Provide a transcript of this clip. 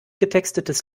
getextetes